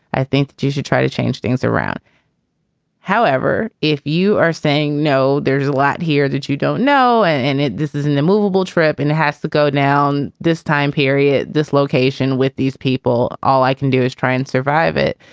i think you you should try to change things around however, if you are saying no, there's a lot here that you don't know and this isn't the movable trip and it has to go down this time period. this location with these people. all i can do is try and survive it.